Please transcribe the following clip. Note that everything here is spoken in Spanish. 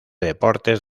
deportes